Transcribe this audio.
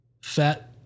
fat